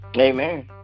amen